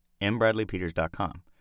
mbradleypeters.com